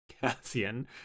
Cassian